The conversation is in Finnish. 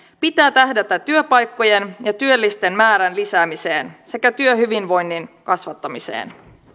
pitää tähdätä työpaikkojen ja työllisten määrän lisäämiseen sekä työhyvinvoinnin kasvattamiseen